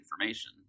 information